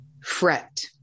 fret